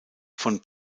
von